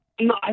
No